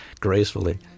gracefully